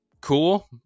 Cool